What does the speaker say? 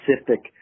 specific